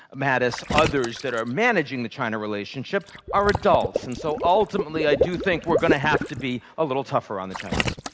mattis, others that are managing the china relationship are adults, and so ultimately, i do think we're going to have to be a little tougher on the chinese.